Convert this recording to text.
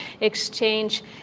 exchange